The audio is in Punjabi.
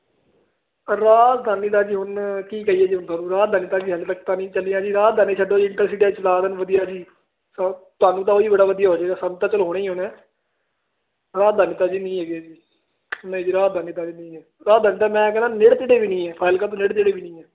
ਰਾਜਧਾਨੀ ਦਾ ਜੀ ਹੁਣ ਕੀ ਕਹੀਏ ਜੀ ਹੁਣ ਤੁਹਾਨੂੰ ਰਾਜਧਾਨੀ ਤਾਂ ਹਜੇ ਤੱਕ ਨਹੀਂ ਚਲੀਆ ਰਾਜਧਾਨੀ ਛੱਡੋ ਜੀ ਇੰਟਰਸੀਟੀਆਂ ਚਲਾ ਦੇਣ ਵਧੀਆ ਜੀ ਤੁਹਾਨੂੰ ਤਾਂ ਉਹੀ ਬੜਾ ਵਧੀਆ ਹੋ ਜਾਏਗਾ ਸਾਨੂੰ ਤਾਂ ਚਲੋ ਹੋਣਾ ਹੀ ਹੋਣਾ ਰਾਜਧਾਨੀ ਤਾਂ ਜੀ ਨਹੀਂ ਹੈਗੀ ਰਾਜਧਾਨੀ ਤਾਂ ਮੈਂ ਕਹਿੰਦਾ ਨੇੜੇ ਤੇੜੇ ਵੀ ਨਹੀਂ ਹੈ ਫਾਜਿਲਕਾ ਦੇ ਨੇੜੇ ਤੇੜੇ ਵੀ ਨਹੀਂ ਹੈ